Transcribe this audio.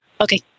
Okay